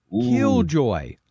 Killjoy